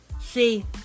See